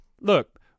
Look